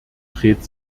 dreht